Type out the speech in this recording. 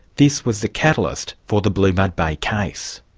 this was the catalyst for the blue mud bay case.